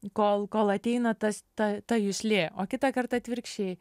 kol kol ateina tas ta ta juslė o kitą kartą atvirkščiai